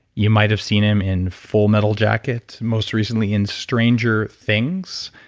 you might have seen him in full metal jacket, most recently in stranger things.